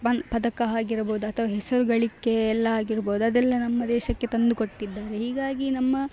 ಬಂದು ಪದಕ ಆಗಿರಬೋದ್ ಅಥವಾ ಹೆಸರು ಗಳಿಕೆ ಎಲ್ಲ ಆಗಿರ್ಬೋದು ಅದೆಲ್ಲ ನಮ್ಮ ದೇಶಕ್ಕೆ ತಂದುಕೊಟ್ಟಿದ್ದಾರೆ ಹೀಗಾಗಿ ನಮ್ಮ